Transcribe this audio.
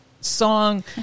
song